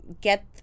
get